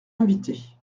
invité